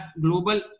global